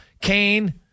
Kane